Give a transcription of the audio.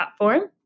platform